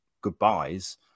goodbyes